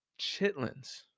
chitlins